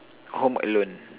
home alone